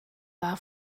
war